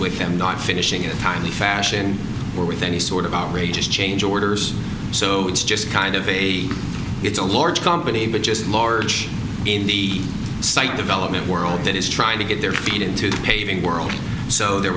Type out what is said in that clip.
with them not finishing a timely fashion or with any sort of outrageous change orders so it's just kind of a it's a large company but just large in the site development world that is trying to get their feet into the paving world so there